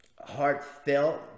heartfelt